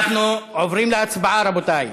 אנחנו עוברים להצבעה, רבותי.